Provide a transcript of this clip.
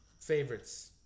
Favorites